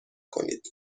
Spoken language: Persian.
کنید